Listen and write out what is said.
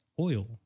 oil